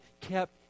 kept